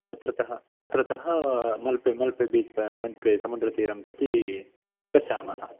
तत्र तः तत्र तः मल्पे मल्पे बीच् मल्पे समुद्रतीरं प्रति गच्छामः